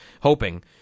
Hoping